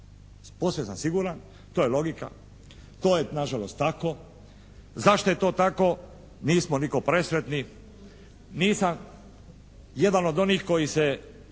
Posve sam siguran. To je logika, to je nažalost tako. Zašto je to tako? Nismo nitko presretni. Nisam jedan od onih koji se